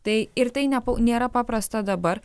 tai ir tai ne nėra paprasta dabar